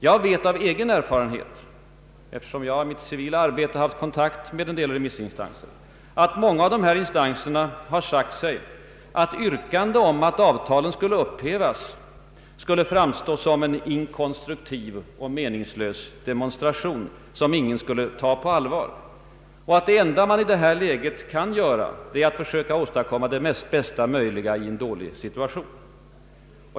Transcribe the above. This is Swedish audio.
Jag vet av egen erfarenhet, eftersom jag i mitt civila arbete haft kontakt med en del remissinstanser, att många av dessa instanser har sagt sig att yrkande om att avtalen skulle upphävas skulle framstå som en inkonstruktiv och meningslös demonstration, som ingen skulle ta på allvar, och att det enda man i det läget kunde göra var att söka åstadkomma det bästa möjliga av en dålig situation.